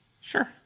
Sure